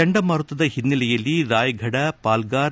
ಚಂಡಮಾರುತದ ಹಿನ್ನೆಲೆಯಲ್ಲಿ ರಾಯಫಡ ಪಾಲ್ಗಾರ್